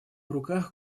руках